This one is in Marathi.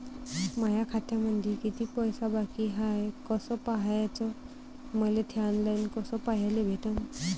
माया खात्यामंधी किती पैसा बाकी हाय कस पाह्याच, मले थे ऑनलाईन कस पाह्याले भेटन?